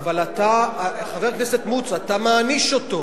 אבל אתה, חבר הכנסת מוץ, אתה מעניש אותו.